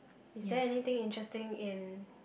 is there anything interesting in